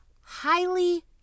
highly